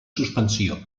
suspensió